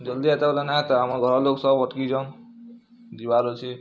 ଜଲ୍ଦି ଆଏତ ବଏଲେ ନାଇଁ ହେତା ଆମର୍ ଘରର୍ ଲୋକ୍ ସବ୍ ଅଟ୍କିଛନ୍ ଯିବାର୍ ଅଛେ